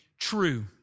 true